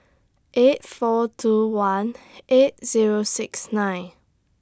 eight four two one eight Zero six nine